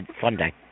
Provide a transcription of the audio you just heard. Sunday